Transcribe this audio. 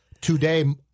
today